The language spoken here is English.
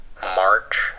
March